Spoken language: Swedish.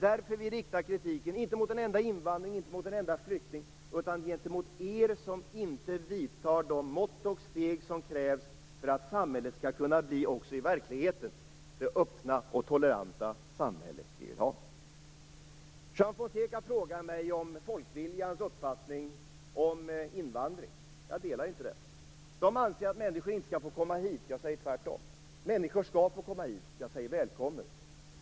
Därför riktar vi kritiken, inte mot en enda invandrare, inte mot en enda flykting, utan mot er som inte vidtar de mått och steg som krävs för att samhället också i verkligheten skall kunna bi det öppna och toleranta samhälle vi vill ha. Juan Fonseca frågar mig om Folkviljans uppfattning om invandring. Jag delar inte den. De anser att människor inte skall få komma hit. Jag tycker tvärtom. Människor skall få komma hit. Jag säger: Välkommen!